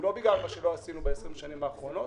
הוא לא בגלל מה שלא עשינו ב-20 השנים האחרונות,